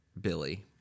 Billy